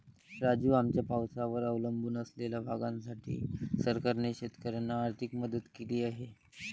राजू, आमच्या पावसावर अवलंबून असलेल्या भागासाठी सरकारने शेतकऱ्यांना आर्थिक मदत केली आहे